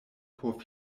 por